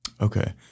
Okay